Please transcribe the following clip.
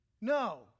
No